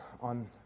on